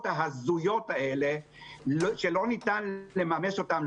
ההזויות האלה שלא ניתן לממש אותן,